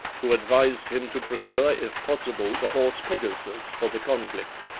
who advised him to procure if possible the horse pegasus for the conflict.